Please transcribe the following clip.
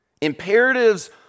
Imperatives